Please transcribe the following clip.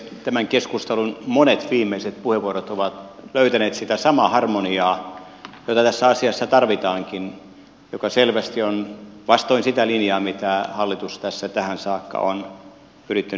tämän keskustelun monet viimeiset puheenvuorot ovat löytäneet sitä samaa harmoniaa jota tässä asiassa tarvitaankin mikä selvästi on vastoin sitä linjaa jota hallitus tässä tähän saakka on yrittänyt viedä eteenpäin